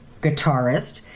guitarist